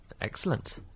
Excellent